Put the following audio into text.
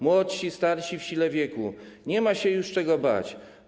Młodsi, starsi, w sile wieku, nie ma się już czego bać.